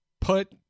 put